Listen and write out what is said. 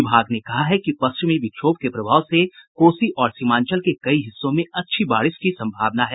विभाग ने कहा है कि पश्चिमी विक्षोभ के प्रभाव से कोसी और सीमांचल के कई हिस्सों में अच्छी बारिश की संभावना है